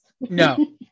No